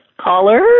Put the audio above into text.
Caller